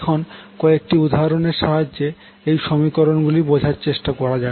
এখন কয়েকটি উদাহরণের সাহায্যে এই সমীকরণগুলি বোঝার চেষ্টা করা যাক